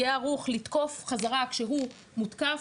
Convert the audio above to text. יהיה ערוך לתקוף חזרה כשהוא מותקף,